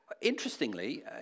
Interestingly